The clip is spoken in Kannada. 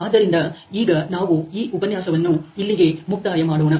ಆದ್ದರಿಂದ ಈಗ ನಾವು ಈ ಉಪನ್ಯಾಸವನ್ನು ಇಲ್ಲಿಗೆ ಮುಕ್ತಾಯ ಮಾಡೋಣ